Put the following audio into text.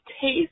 taste